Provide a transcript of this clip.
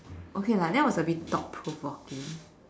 okay lah that was a bit thought provoking